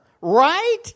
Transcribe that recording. right